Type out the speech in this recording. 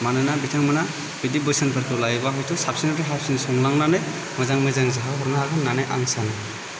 मानोना बिथांमोना बिदि बोसोनफोरखौ लायोब्ला साबसिननिफ्राय हामसिन संलांनानै मोजां जाहोहरनो हागोन होनना आं सानो